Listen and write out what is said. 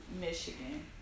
Michigan